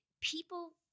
people